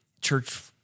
church